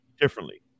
differently